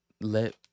Let